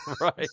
right